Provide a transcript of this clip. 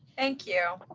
thank you,